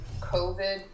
COVID